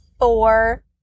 four